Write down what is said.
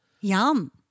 Yum